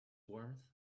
warmth